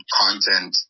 content